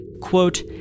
Quote